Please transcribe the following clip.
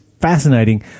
fascinating